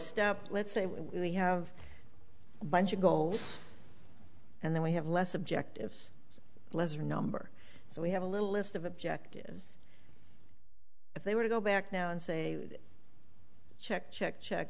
step let's say we have bunch of goals and then we have less objectives lesser number so we have a little list of objectives if they were to go back now and say check to check check